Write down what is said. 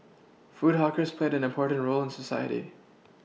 food hawkers played an important role in society